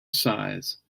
size